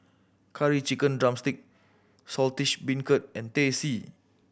Curry Chicken drumstick Saltish Beancurd and Teh C